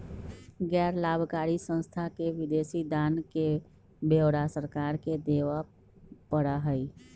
गैर लाभकारी संस्था के विदेशी दान के ब्यौरा सरकार के देवा पड़ा हई